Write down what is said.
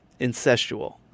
incestual